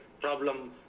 problem